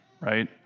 right